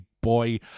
boy